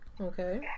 Okay